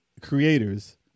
creators